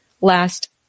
last